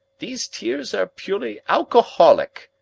these tears are purely alcoholic.